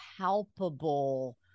palpable